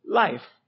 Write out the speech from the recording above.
life